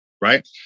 right